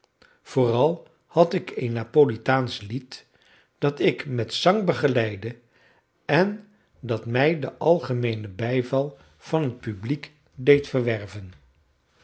vooral had ik een napolitaansch lied dat ik met zang begeleidde en dat mij den algemeenen bijval van het publiek deed verwerven